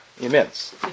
Immense